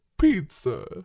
pizza